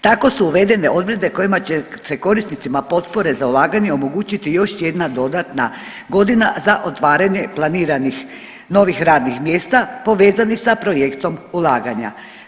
Tako su uvedene odredbe kojima će se korisnicima potpore za ulaganje omogući još jedna dodatna godina za otvaranje planiranih novih radnih mjesta povezanih sa projektnom ulaganja.